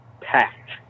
packed